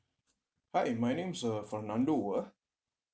hi my name is uh fernando ah